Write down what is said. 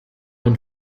man